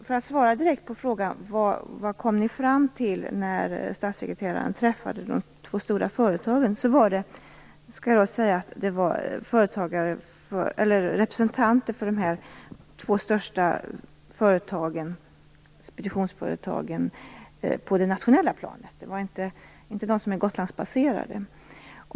Så ett direkt svar på frågan om vad vi kom fram till när statssekreteraren träffade de två stora företagen. Jag skall först säga att det var representanter för de två största expeditionsföretagen på det nationella planet, inte de Gotlandsbaserade.